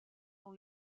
dans